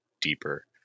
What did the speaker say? deeper